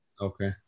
Okay